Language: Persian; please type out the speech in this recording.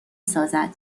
سازد